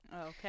Okay